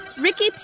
Ricky